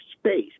space